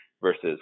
versus